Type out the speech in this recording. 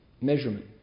measurement